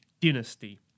dynasty